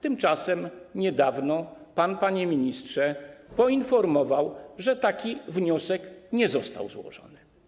Tymczasem niedawno pan, panie ministrze, poinformował, że taki wniosek nie został złożony.